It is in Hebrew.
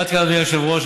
עד כאן, היושב-ראש.